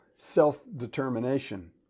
self-determination